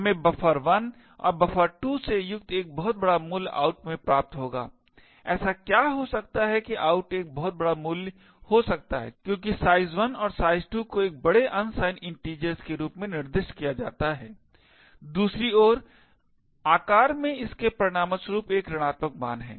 हमें buffer1 और buffer2 से युक्त एक बहुत बड़ा मूल्य out में प्राप्त होंगे ऐसा क्या हो सकता है कि out एक बहुत बड़ा मूल्य हो सकता है क्योंकि size1 और size2 को एक बड़े unsigned integers के रूप में निर्दिष्ट किया जाता है दूसरे ओर आकार में इसके परिणामस्वरूप एक ऋणात्मक मान है